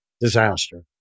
disaster